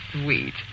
sweet